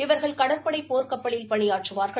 இவர்கள் கடற்படை போர்க்கப்பலில் பணியாற்றுவார்கள்